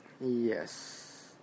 Yes